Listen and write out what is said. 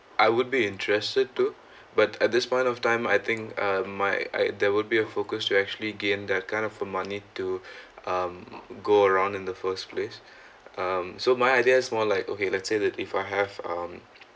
I would be interested too but at this point of time I think uh my I there would be a focus to actually gain that kind of a money to go um around in the first place um so my ideas more like okay let's say that if I have um